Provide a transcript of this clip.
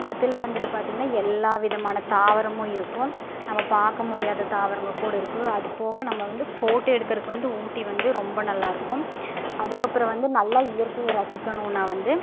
அதில் வந்துட்டு பார்த்திங்கனா எல்லா விதமான தாவரமும் இருக்கும் நம்ம பார்க்க முடியாத தாவரங்கள் கூட இருக்கும் அதுப்போக நம்ம வந்து ஃபோட்டோ எடுக்கிறக்கு வந்து ஊட்டி வந்து ரொம்ப நல்லாயிருக்கும் அதுக்கப்புறம் வந்து நல்லா இயற்கையை ரசிக்கணும்னால் வந்து